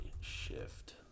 Shift